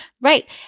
Right